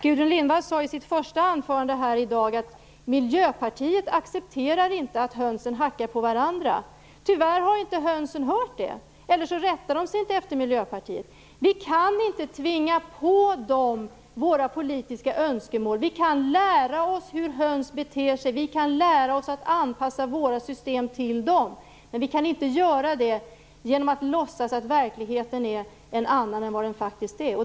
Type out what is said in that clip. Gudrun Lindvall sade i sitt första anförande här i dag att Miljöpartiet inte accepterar att hönsen hackar på varandra. Tyvärr har inte hönsen hört det, eller så rättar de sig inte efter Miljöpartiet. Vi kan inte tvinga på dem våra politiska önskemål. Vi kan lära oss hur höns beter sig. Vi kan lära oss att anpassa våra system till dem. Men vi kan inte göra det genom att låtsas att verkligheten är en annan än vad den faktiskt är.